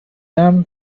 armed